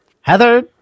Heather